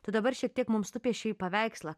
tad dabar šiek tiek mums nupiešei paveikslą